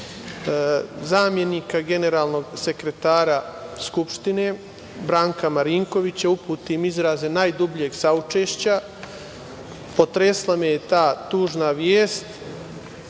zamenika generalnog sekretara Skupštine Branka Marinkovića, uputim izraze najdubljeg saučešća. Potresla me je ta tužna vest.